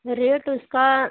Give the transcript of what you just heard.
rate उसका